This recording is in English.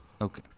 Okay